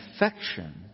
affection